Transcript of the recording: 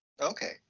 Okay